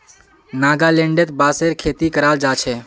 नागालैंडत बांसेर खेती कराल जा छे